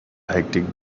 hectic